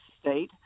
state